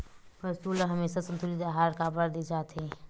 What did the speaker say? पशुओं ल हमेशा संतुलित आहार काबर दे जाथे?